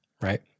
right